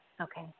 Okay